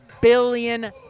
billion